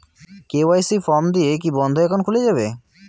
KYC form দিয়ে কি বন্ধ একাউন্ট খুলে যাবে?